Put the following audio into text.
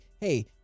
hey